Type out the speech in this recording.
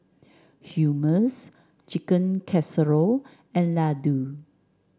Hummus Chicken Casserole and Ladoo